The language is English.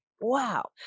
wow